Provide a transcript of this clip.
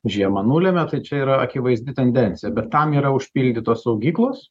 žiemą nulemia tai čia yra akivaizdi tendencija bet tam yra užpildytos saugyklos